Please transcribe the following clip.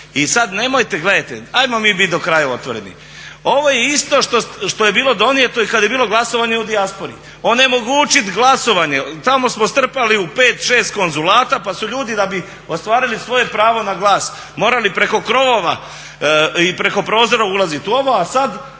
I sad nemojte, gledajte, ajmo mi biti do kraja otvoreni, ovo je isto što je bilo donijeto i kad je bilo glasovanje o dijaspori. Onemogućiti glasovanje. Tamo smo strpali u 5, 6 konzulata pa su ljudi da bi ostvarili svoje pravo na glas morali preko krovova i preko prozora ulaziti, a sad